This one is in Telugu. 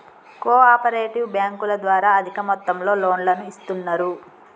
కో ఆపరేటివ్ బ్యాంకుల ద్వారా అధిక మొత్తంలో లోన్లను ఇస్తున్నరు